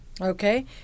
okay